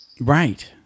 Right